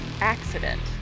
Accident